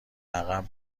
عقب